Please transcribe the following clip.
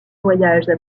voyages